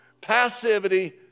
passivity